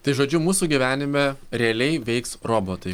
tai žodžiu mūsų gyvenime realiai veiks robotai